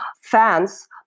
fans